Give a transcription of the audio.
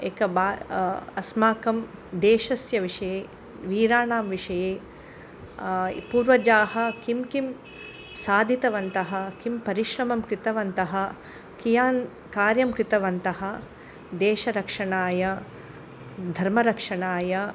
एक बा अस्माकं देशस्य विषये वीराणां विषये पूर्वजाः किं किं साधितवन्तः किं परिश्रमं कृतवन्तः कियत् कार्यं कृतवन्तः देशरक्षणाय धर्मरक्षणाय